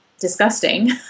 disgusting